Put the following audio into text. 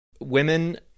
women